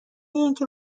اینکه